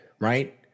right